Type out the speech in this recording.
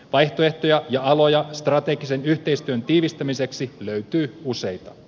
vaihtoehtoja ja aloja strategisen yhteistyön tiivistämiseksi löytyy useita